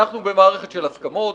אנחנו במערכת של הסכמות.